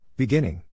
Beginning